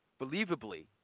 believably